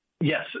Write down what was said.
yes